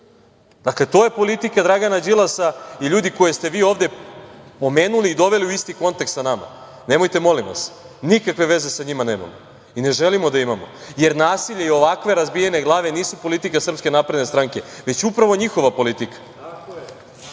Dakle, to je politika Dragana Đilasa i ljudi koje ste vi ovde pomenuli i doveli u isti kontekst sa nama. Nemojte molim vas. Nikakve veze sa njima nemamo, i ne želimo da imam, jer nasilje i ovakve razbijene glave nisu politika SNS, već upravo njihova politika. Govorite